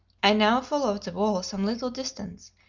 i now followed the wall some little distance,